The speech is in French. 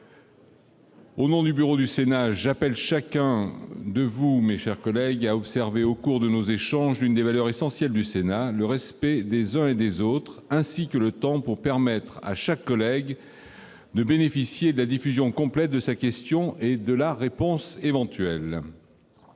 Au nom du bureau du Sénat, j'appelle chacun de vous, mes chers collègues, à observer au cours de nos échanges l'une des valeurs essentielles du Sénat, le respect des uns et des autres, ainsi que celui du temps de parole, afin que chaque orateur puisse bénéficier de la diffusion complète de sa question et de la réponse. La parole